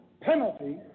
penalty